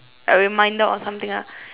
a reminder on something lah